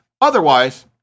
Otherwise